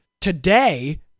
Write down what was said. today